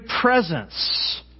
presence